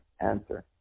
answer